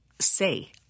Say